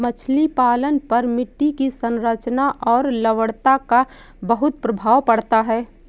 मछली पालन पर मिट्टी की संरचना और लवणता का बहुत प्रभाव पड़ता है